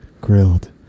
grilled